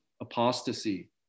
apostasy